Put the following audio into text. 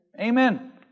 Amen